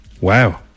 Wow